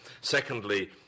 Secondly